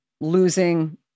losing